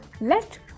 let